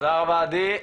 תודה רבה, עדי.